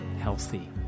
healthy